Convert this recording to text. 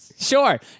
Sure